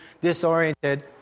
disoriented